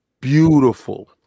Beautiful